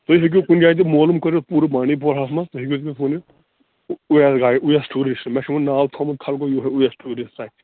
تُہۍ ہٮ۪کِو کُنہِ جایہِ تہِ معلوٗم کٔرِتھ پوٗرٕ بانٛڈی پوٗراہَس منٛز تُہۍ ہٮ۪کِو تٔمِس ؤنِتھ اوٗیس گایڈ اوٗیس ٹیٛوٗرسٹہٕ مےٚ چھُ وۅنۍ ناو تھوٚومُت خلقو یِہَے اوٗیس ٹیٛوٗرسٹہٕ